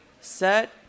set